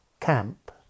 camp